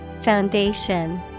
Foundation